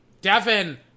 Devin